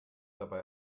dabei